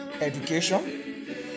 education